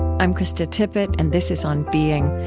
i'm krista tippett, and this is on being.